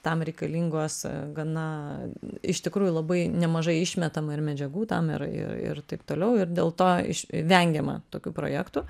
tam reikalingos gana iš tikrųjų labai nemažai išmetama ir medžiagų tam ir ir ir taip toliau ir dėl to vengiama tokių projektų